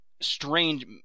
strange